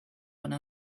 one